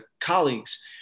colleagues